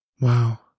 Wow